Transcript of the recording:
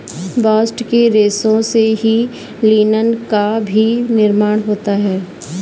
bast के रेशों से ही लिनन का भी निर्माण होता है